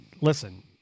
listen